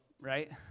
Right